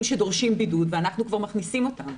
שדורשים בידוד ואנחנו כבר מכניסים אותם.